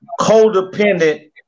codependent